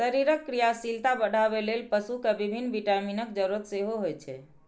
शरीरक क्रियाशीलता बढ़ाबै लेल पशु कें विभिन्न विटामिनक जरूरत सेहो होइ छै